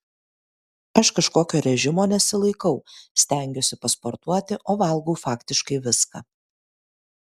aš kažkokio režimo nesilaikau stengiuosi pasportuoti o valgau faktiškai viską